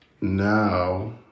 Now